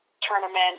tournament